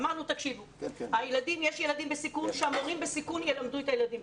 אמרנו שיש ילדים בסיכון שהמורים בסיכון ילמדו אותם.